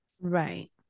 right